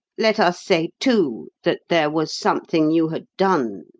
let us say, too, that there was something you had done,